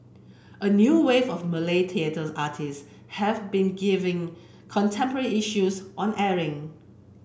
a new wave of Malay theatre artists have been giving contemporary issues on airing